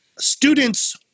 Students